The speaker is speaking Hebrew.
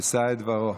יישא את דברו.